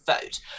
vote